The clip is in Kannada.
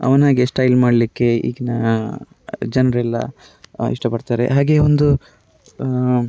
ಅವನಾಗೆ ಸ್ಟೈಲ್ ಮಾಡಲಿಕ್ಕೆ ಈಗಿನ ಜನರೆಲ್ಲ ಇಷ್ಟಪಡ್ತಾರೆ ಹಾಗೆಯೇ ಒಂದು